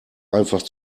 einfach